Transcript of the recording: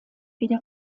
wieder